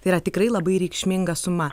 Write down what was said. tai yra tikrai labai reikšminga suma